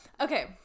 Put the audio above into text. okay